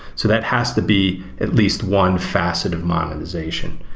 so that has to be at least one facet of monetization.